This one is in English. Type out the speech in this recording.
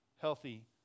healthy